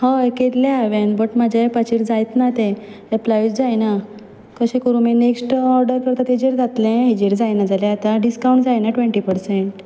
हय केल्लें हांवेंन बट म्हाज्या एपाचेर जायत ना तें एप्लायूच जायना कशें करूं मागीर नेक्स्ट ऑर्डर करतां तेजेर जातलें हेजेर जायना जाल्यार आतां डिस्कावंट जायना ट्वेंटी परसेंट